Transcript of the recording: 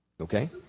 Okay